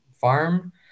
farm